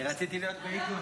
רציתי להיות בהיכון.